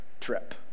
trip